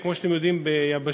כמו שאתם יודעים ביבשה,